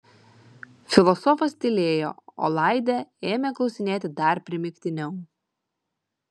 filosofas tylėjo o laidė ėmė klausinėti dar primygtiniau